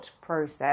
process